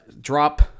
drop